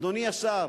אדוני השר,